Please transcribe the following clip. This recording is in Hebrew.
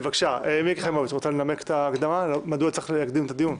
מיקי חיימוביץ רוצה לנמק מדוע צריך להקדים את הדיון.